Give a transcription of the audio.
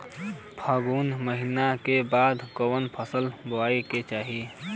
फागुन महीना के बाद कवन फसल बोए के चाही?